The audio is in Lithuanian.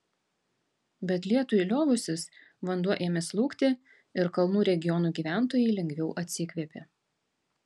bet lietui liovusis vanduo ėmė slūgti ir kalnų regionų gyventojai lengviau atsikvėpė